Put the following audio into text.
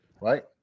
right